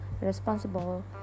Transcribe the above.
responsible